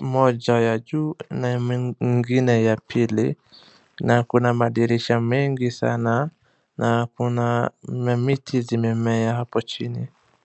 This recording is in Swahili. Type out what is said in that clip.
moja ya juu na nyingine ya pili. Na kuna madirisha mengi sana na kuna mamiti zimemea hapo chini.